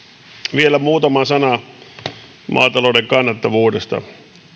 vielä muutama sana maatalouden kannattavuudesta